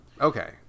Okay